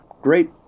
great